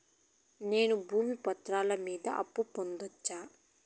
నేను భూమి పత్రాల మీద అప్పు పొందొచ్చా?